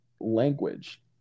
language